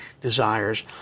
desires